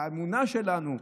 באמונה שלנו,